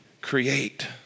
create